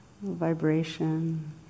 vibration